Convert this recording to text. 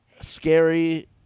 scary